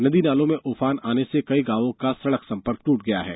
नदी नालों में उफान आने से कई गांवों का सड़क संपर्क टूट गया है